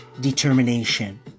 determination